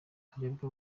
harebwe